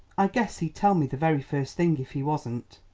i guess he'd tell me the very first thing if he wasn't.